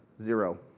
zero